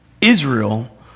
Israel